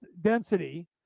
density